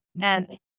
And-